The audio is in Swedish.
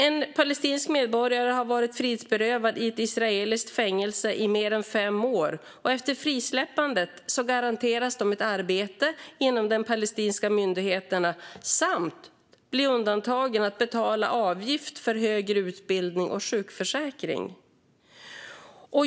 En palestinsk medborgare har varit frihetsberövad i ett israeliskt fängelse i mer än fem år. Efter frisläppandet garanteras man ett arbete inom de palestinska myndigheterna samt att bli undantagen från att betala avgift för högre utbildning och sjukförsäkring.